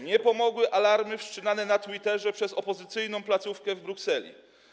Nie pomogły alarmy wszczynane na Twitterze przez opozycyjną placówkę w Brukseli.